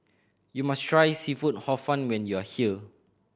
you must try seafood Hor Fun when you are here